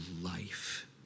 life